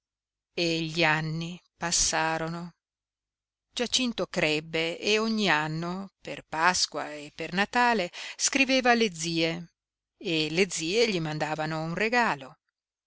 e gli anni passarono giacinto crebbe e ogni anno per pasqua e per natale scriveva alle zie e le zie gli mandavano un regalo